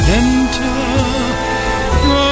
enter